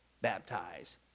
Baptize